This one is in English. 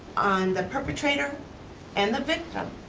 on the perpetrator and the victim,